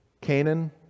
canaan